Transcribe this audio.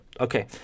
Okay